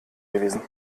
gewesen